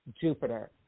Jupiter